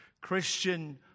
Christian